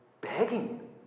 begging